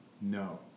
No